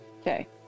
Okay